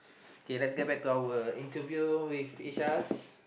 okay let's get back to our work interview with each us